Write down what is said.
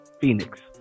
Phoenix